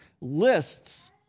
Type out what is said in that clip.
Lists